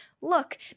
Look